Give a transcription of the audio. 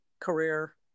career